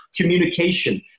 communication